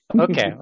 Okay